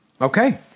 Okay